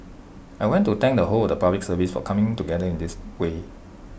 I want to thank the whole of the Public Service for coming together in this way